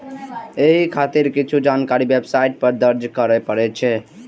एहि खातिर किछु जानकारी वेबसाइट पर दर्ज करय पड़ै छै